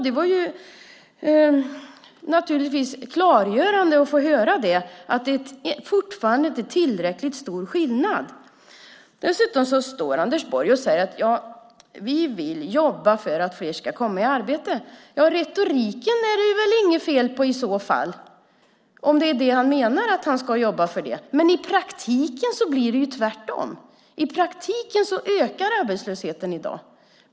Det var naturligtvis klargörande att få höra att det fortfarande inte är tillräckligt stor skillnad. Dessutom står Anders Borg och säger: Vi vill jobba för att fler ska komma i arbete. Retoriken är det väl inget fel på, om han menar att han ska jobba för det. Men i praktiken blir det tvärtom. I praktiken ökar arbetslösheten i dag.